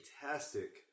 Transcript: fantastic